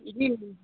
जी